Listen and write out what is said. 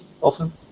often